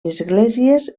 esglésies